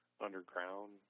underground